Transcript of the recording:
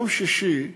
יום שישי,